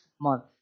month